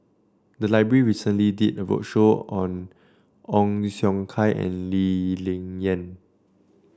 the library recently did a roadshow on Ong Siong Kai and Lee Ling Yen